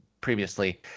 previously